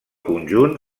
conjunt